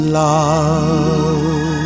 love